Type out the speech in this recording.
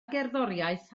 gerddoriaeth